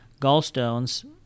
gallstones